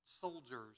soldiers